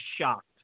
shocked